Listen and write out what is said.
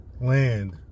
Land